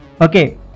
okay